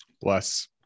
Bless